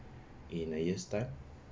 in a year's time